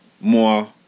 more